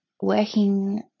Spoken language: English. working